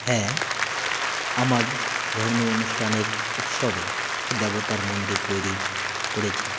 হ্যাঁ আমার ধর্মীয় অনুষ্ঠানের উৎসবে একটি দেবতার মন্দির তৈরি করেছি